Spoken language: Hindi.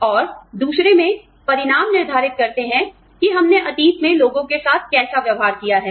और दूसरे में परिणाम निर्धारित करते हैं कि हमने अतीत में लोगों के साथ कैसा व्यवहार किया है